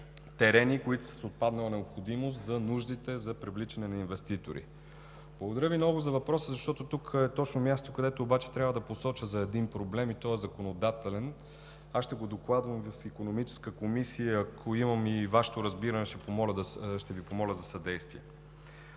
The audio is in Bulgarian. терени, които са с отпаднала необходимост, за нуждите за привличане на инвеститори. Благодаря Ви много за въпроса, защото тук е мястото, където обаче трябва да посоча за един проблем и той е законодателен. Аз ще го докладвам в Икономическата комисия. Ако имам и Вашето разбиране, ще Ви помоля за съдействие.